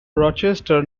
rochester